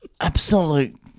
Absolute